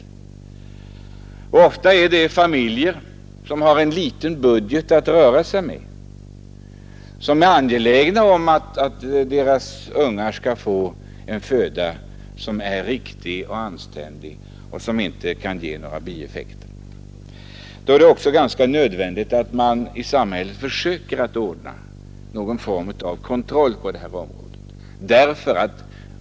Ofta är det familjer som har en liten budget att röra sig med, som är angelägna om att deras barn skall få en riktig föda utan några bieffekter. Då är det ganska nödvändigt att samhället försöker ordna någon form av kontroll på detta område.